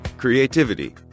creativity